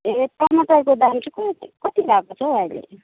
ए टमाटरको दाम चाहिँ कति भएको छ हौ अहिले